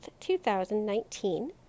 2019